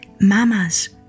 Mamas